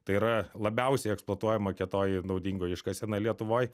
tai yra labiausiai eksploatuojama kietoji naudingoji iškasena lietuvoj